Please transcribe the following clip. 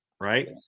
right